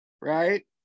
right